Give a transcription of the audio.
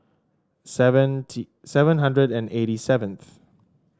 seven hundred and eighty seventh